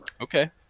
Okay